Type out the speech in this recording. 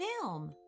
film